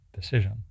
decision